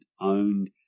owned